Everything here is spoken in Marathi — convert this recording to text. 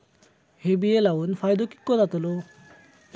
हे बिये लाऊन फायदो कितको जातलो?